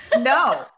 no